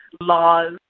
laws